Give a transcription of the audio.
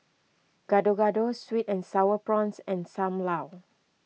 Gado Gado Sweet and Sour Prawns and Sam Lau